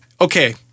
okay